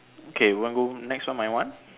okay you want to go next one my one